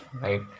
right